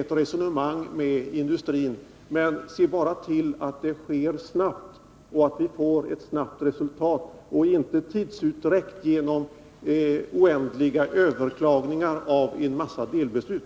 ett resonemang med industrin om fördelningen. Men se bara till att 51 vi får ett snabbt resultat och att det inte blir tidsutdräkt genom oändliga överklagningar av en mängd delbeslut!